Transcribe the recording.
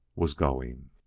was going.